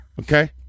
Okay